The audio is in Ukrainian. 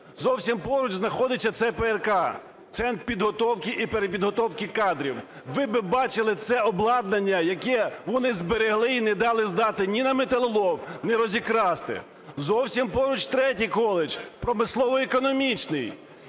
зовсім поруч знаходиться ЦППРК, центр підготовки і перепідготовки кадрів. Ви би бачили це обладнання, яке вони зберегли і не дали здати ні на металолом, ні розікрасти. Зовсім поруч третій коледж – промислово-економічний.